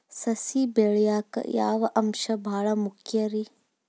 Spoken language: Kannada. ಸಸಿ ಬೆಳೆಯಾಕ್ ಯಾವ ಅಂಶ ಭಾಳ ಮುಖ್ಯ ರೇ?